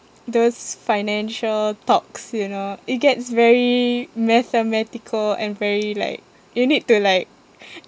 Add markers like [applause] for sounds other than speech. those financial talks you know it gets very mathematical and very like you need to like [noise]